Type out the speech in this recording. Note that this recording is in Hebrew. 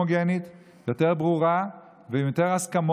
יותר הומוגנית, יותר ברורה, עם יותר הסכמות.